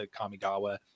kamigawa